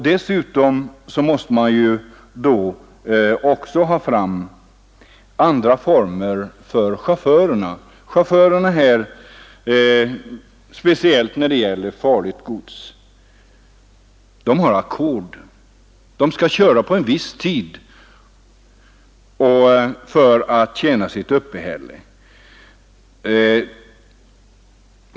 Dessutom måste man få fram andra arbetsformer för chaufförerna, speciellt när det gäller transporter av farligt gods. Chaufförerna kör på ackord.